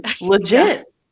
legit